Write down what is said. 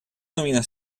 nominado